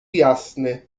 jasny